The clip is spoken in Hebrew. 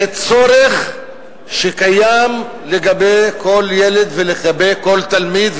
זה צורך שקיים לגבי כל ילד ולגבי כל תלמיד,